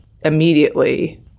immediately